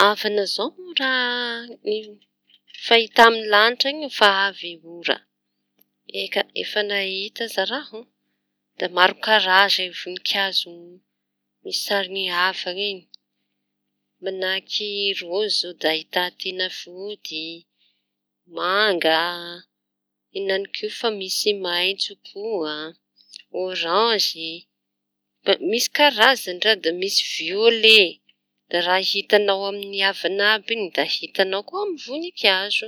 Avana zao mo raha ny fahita amin'ny lanitry rehefa avy ny ora? Eka, efa nahita aza raho. Karazan 'ny voninkazo misy sarin'ny avan'iñy manahaky rôzy zao da ahitan teña foty, manga, enanik'io efa misy maitso koa ôranzy m- misy karaizañy raha da misy violet da raha hitañao amin'ny havany àby iñy da hitañao koa amin'ny voninkazo.